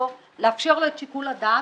לאפשר לו את שיקול הדעת,